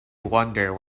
wonder